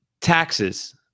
Taxes